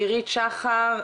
אירית שחר,